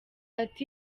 ati